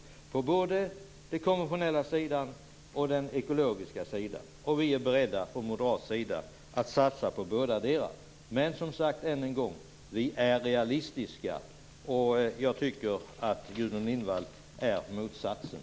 Det gäller både på den konventionella sidan och på den ekologiska sidan. Vi moderater är beredda att satsa på båda. Men vi är som sagt realistiska, och jag tycker att Gudrun Lindvall är motsatsen.